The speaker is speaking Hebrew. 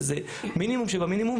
שזה מינימום שבמינימום,